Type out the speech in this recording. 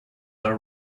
are